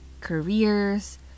careers